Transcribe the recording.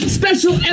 special